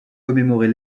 commémorer